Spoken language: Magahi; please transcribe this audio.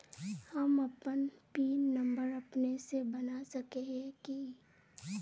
हम अपन पिन नंबर अपने से बना सके है की?